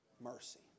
Mercy